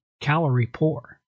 calorie-poor